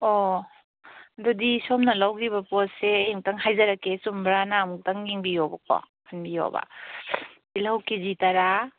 ꯑꯣ ꯑꯗꯨꯗꯤ ꯁꯣꯝꯅ ꯂꯧꯈꯤꯕ ꯄꯣꯠꯁꯦ ꯑꯩ ꯑꯃꯨꯛꯇꯪ ꯍꯥꯏꯖꯔꯛꯀꯦ ꯆꯨꯝꯕ꯭ꯔꯥꯅ ꯑꯃꯨꯛꯇꯪ ꯌꯦꯡꯕꯤꯌꯣꯕꯀꯣ ꯍꯟꯕꯤꯌꯣꯕ ꯇꯤꯜꯍꯧ ꯀꯦꯖꯤ ꯇꯔꯥ